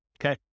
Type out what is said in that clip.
okay